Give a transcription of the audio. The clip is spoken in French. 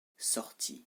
sortit